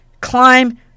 climb